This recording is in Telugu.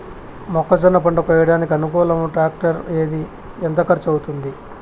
మొక్కజొన్న పంట కోయడానికి అనుకూలం టాక్టర్ ఏది? ఎంత ఖర్చు అవుతుంది?